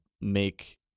make